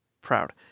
proud